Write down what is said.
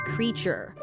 Creature